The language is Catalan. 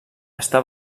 està